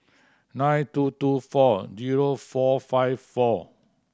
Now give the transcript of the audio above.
nine two two four zero four five four